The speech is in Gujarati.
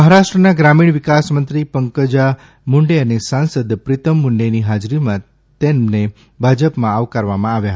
મહારાષ્ટ્રના ગ્રામીણ વિકાસમંત્રી પંકજા મુંડે અને સાંસદ પ્રિતમ મુંડેની હાજરીમાં તેને ભાજપમાં આવકારવામાં આવ્યા